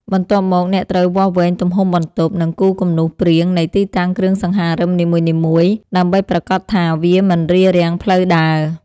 បន្ទាប់មក អ្នកត្រូវវាស់វែងទំហំបន្ទប់ និងគូរគំនូសព្រាងនៃទីតាំងគ្រឿងសង្ហារឹមនីមួយៗ ដើម្បីប្រាកដថាវាមិនរារាំងផ្លូវដើរ។